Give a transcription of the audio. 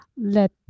let